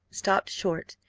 stopped short,